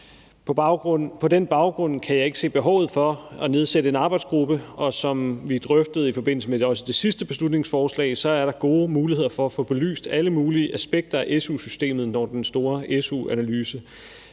På den baggrund kan jeg ikke se behovet for at nedsætte en arbejdsgruppe. Og som vi drøftede i forbindelse med også det sidste beslutningsforslag, er der gode muligheder for at få belyst alle mulige aspekter af su-systemet, når den store su-analyse